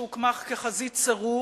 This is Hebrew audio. שהוקמה כחזית סירוב,